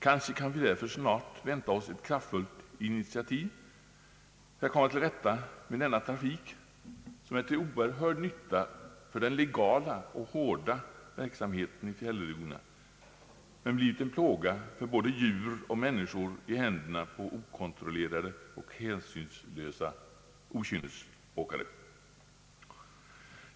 Kanske kan vi därför snart vänta oss ett kraftfullt initiativ för att komma till rätta med denna trafik, som är till oerhörd nytta för den legala och hårda verksamheten i fjällregionerna men blivit en plåga för både djur och människor i händerna på okontrollerade och hänsynslösa okynnesåkare.